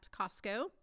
Costco